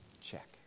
Check